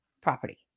property